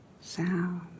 sound